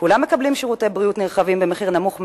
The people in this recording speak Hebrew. כולם מקבלים שירותי בריאות נרחבים במחיר נמוך מאוד,